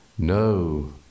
No